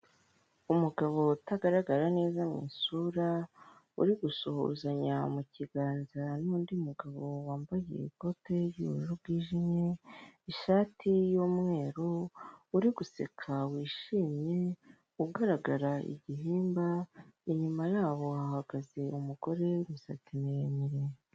Abantu batandukanye bafite amadapo y'ibara ry'umweru ubururu n'umutuku yanditseho Efuperi bakikije umukuru w'igihugu perezida Poul Kagame wambaye ingofero y'umukara umupira w'umweru, uriho ikirangantego cya efuperi wazamuye akaboko.